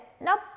nope